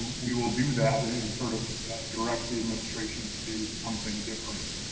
we will do that and sort of direct the administration to do something different.